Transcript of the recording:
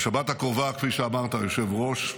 בשבת הקרובה, כפי שאמרת, היושב-ראש,